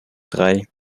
drei